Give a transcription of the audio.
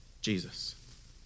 Jesus